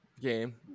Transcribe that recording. game